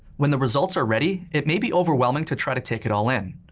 when the results are ready, it may be overwhelming to try to take it all in,